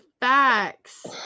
Facts